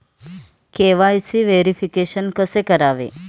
KYC verification कसे करावे?